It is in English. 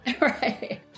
Right